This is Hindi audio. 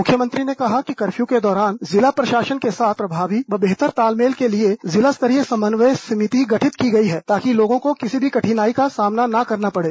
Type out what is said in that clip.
मुख्यमंत्री ने कहा कि कर्फ्यू के दौरान ज़िला प्रशासन के साथ प्रभावी व बेहतर तालमेल के लिए जिला स्तरीय समन्वय समिति गठित की गई है ताकि लोगों को किसी भी कठिनाई का सामना न करना पड़े